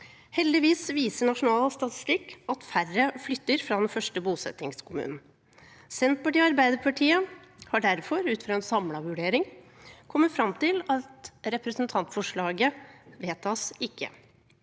Heldigvis viser nasjonal statistikk at færre flytter fra den første bosettingskommunen. Senterpartiet og Arbeiderpartiet har derfor ut fra en samlet vurdering kommet fram til at representantforslaget ikke